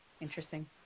interesting